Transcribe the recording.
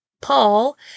Paul